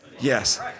Yes